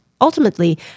Ultimately